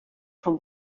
from